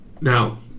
now